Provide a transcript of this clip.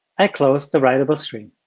i close the writable stream.